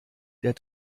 der